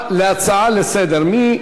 אם כן,